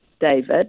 David